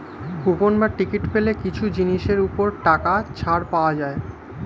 coupon বা ticket পেলে কিছু জিনিসের ওপর টাকা ছাড় পাওয়া যায়